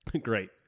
Great